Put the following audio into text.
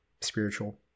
spiritual